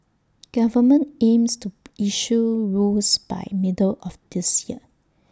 government aims to issue rules by middle of this year